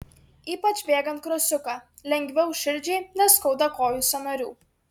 ypač bėgant krosiuką lengviau širdžiai neskauda kojų sąnarių